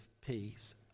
peace